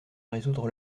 résoudre